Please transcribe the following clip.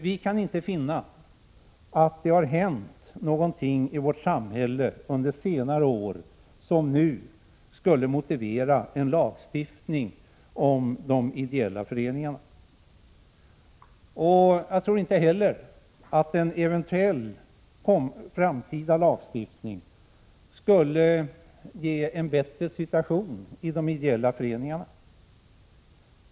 Vi kan inte finna att det har hänt något i vårt samhälle under senare år som skulle motivera en lagstiftning om de ideella föreningarna. Jag tror inte heller att en eventuell framtida lagstiftning skulle ge en bättre situation i de ideella föreningarna.